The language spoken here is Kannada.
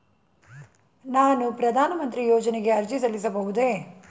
ನಾನು ಪ್ರಧಾನ ಮಂತ್ರಿ ಯೋಜನೆಗೆ ಅರ್ಜಿ ಸಲ್ಲಿಸಬಹುದೇ?